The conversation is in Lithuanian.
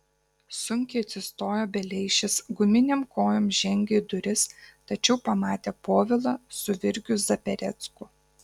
sunkiai atsistojo beleišis guminėm kojom žengė į duris tačiau pamatė povilą su virgiu zaperecku